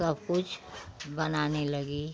सब कुछ बनाने लगी